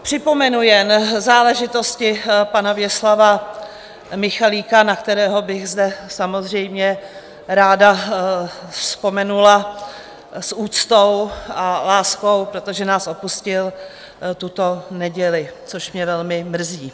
Připomenu jen záležitosti pana Věslava Michalíka, na kterého bych zde samozřejmě ráda vzpomenula s úctou a láskou, protože nás opustil tuto neděli, což mě velmi mrzí.